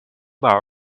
bar